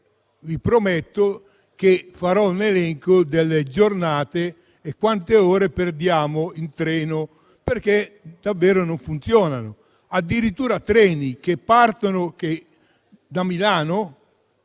vi prometto che farò un elenco delle giornate e di quante ore perdiamo in treno, perché davvero i treni non funzionano. Addirittura treni che partono da Milano